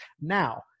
Now